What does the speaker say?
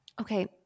okay